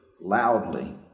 loudly